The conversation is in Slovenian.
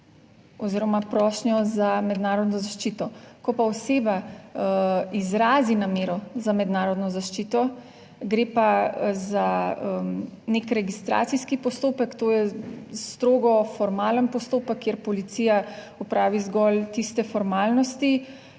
oziroma prošnjo za mednarodno zaščito. Ko pa oseba izrazi namero za mednarodno zaščito, gre pa za nek registracijski postopek, to je strogo formalen postopek, kjer policija opravi zgolj tiste formalnosti